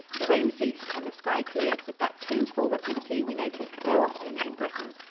the rain ceased and the sky cleared with that changeful rapidity we noticed so often in britain.